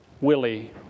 Willie